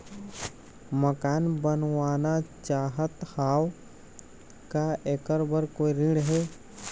मकान बनवाना चाहत हाव, का ऐकर बर कोई ऋण हे?